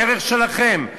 בדרך שלכם,